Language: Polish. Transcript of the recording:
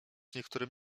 niektórym